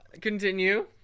Continue